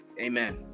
amen